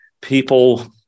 people